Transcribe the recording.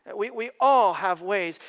we all have ways.